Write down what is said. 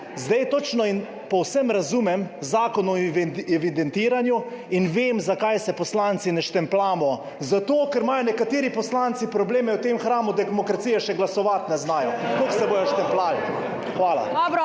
Zdaj točno in povsem razumem zakon o evidentiranju in vem, zakaj se poslanci ne štempljamo – zato ker imajo nekateri poslanci probleme, v tem hramu demokracije še glasovati ne znajo, kako se bodo štempljali? Hvala.